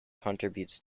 contributes